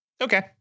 Okay